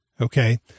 Okay